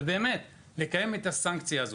ולקיים את הסנקציה הזאת?